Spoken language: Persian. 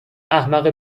احمق